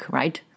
right